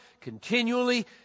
Continually